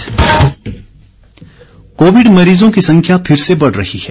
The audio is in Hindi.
कोविड संदेश कोविड मरीजों की संख्या फिर से बढ़ रही है